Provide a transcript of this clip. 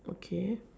okay